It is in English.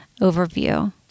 overview